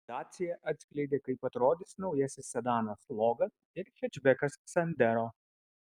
dacia atskleidė kaip atrodys naujasis sedanas logan ir hečbekas sandero